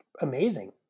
amazing